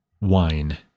wine